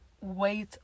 wait